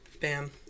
Bam